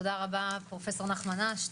תודה רבה פרופ' נחמן אש,